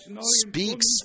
speaks